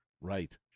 Right